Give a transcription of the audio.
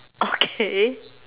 okay